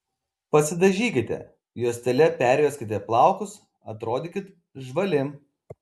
pasidažykite juostele perjuoskite plaukus atrodykit žvali